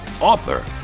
author